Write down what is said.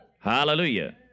Hallelujah